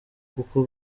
kuko